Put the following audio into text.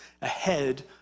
ahead